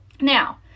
Now